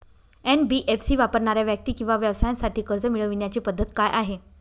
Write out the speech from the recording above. NBFC वापरणाऱ्या व्यक्ती किंवा व्यवसायांसाठी कर्ज मिळविण्याची पद्धत काय आहे?